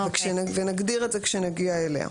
נגדיר את זה עת נגיע אליה.